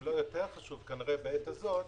אם לא יותר חשוב כנראה בעת הזאת,